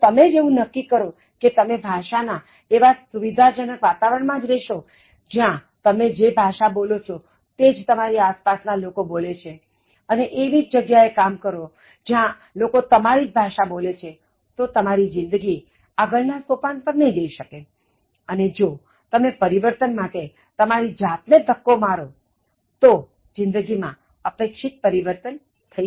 જો તમે એવું નક્કી કરો કે તમે ભાષા ના એવા સુવિધાજનક વાતાવરણ માં જ રહેશો જ્યાં તમે જે ભાષા બોલો છો તે જ તમારી આસપાસના લોકો બોલે છે અને એવી જ જગ્યાએ કામ કરો છો જ્યાં લોકો તમારી જ ભાષા બોલે છે તો તમારી જિંદગી આગળ ના સોપાન પર નહીં જઈ શકે અને જો તમે પરિવર્તન માટે તમારી જાતને ધક્કો મારો તો જ જિંદગીમાં અપેક્ષિત પરિવર્તન થઈ શકશે